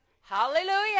Hallelujah